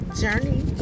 Journey